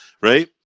right